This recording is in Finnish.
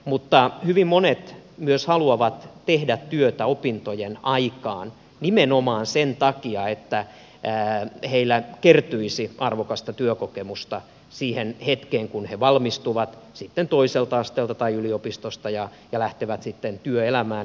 mutta hyvin monet myös haluavat tehdä työtä opintojen aikana nimenomaan sen takia että heille kertyisi arvokasta työkokemusta siihen hetkeen kun he valmistuvat toiselta asteelta tai yliopistosta ja lähtevät työelämään